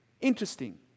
Interesting